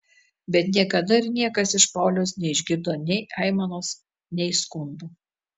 bet niekada ir niekas iš pauliaus neišgirdo nei aimanos nei skundų